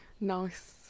Nice